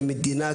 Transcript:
כמדינה,